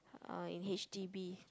uh in H_D_B